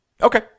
Okay